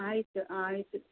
ಆಯಿತು ಆಯಿತು